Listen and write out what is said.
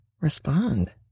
respond